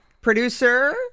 producer